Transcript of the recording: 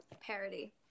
parody